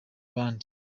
n’abandi